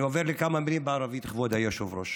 אני עובר לכמה מילים בערבית, כבוד היושב-ראש.